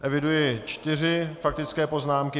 Eviduji čtyři faktické poznámky.